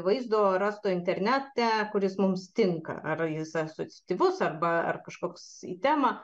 vaizdo rasto internete kuris mums tinka ar jis asociatyvus arba ar kažkoks į temą